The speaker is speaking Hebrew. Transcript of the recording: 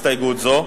הסתייגות זו,